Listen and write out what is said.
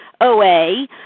OA